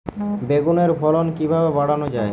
বেগুনের ফলন কিভাবে বাড়ানো যায়?